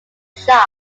shots